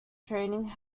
training